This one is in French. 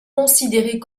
considérés